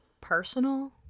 personal